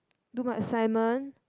so my assignment